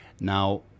now